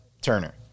Turner